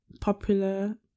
popular